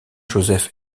joseph